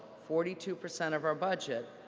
forty two percent of our budget,